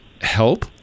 help